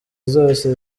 zose